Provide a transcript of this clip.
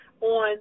on